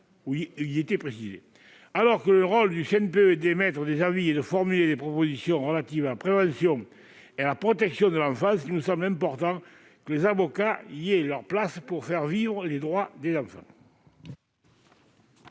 Alors que le rôle du CNPE est d'émettre des avis et de formuler des propositions relatives à la prévention et à la protection de l'enfance, il nous semble important qu'une place soit accordée aux avocats afin de faire vivre les droits des enfants.